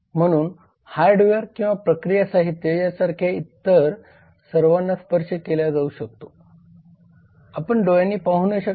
म्हणून हार्डवेअर किंवा प्रक्रिया साहित्य यासारख्या इतर सर्वांना स्पर्श केला जाऊ शकतो